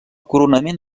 coronament